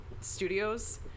studios